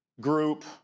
group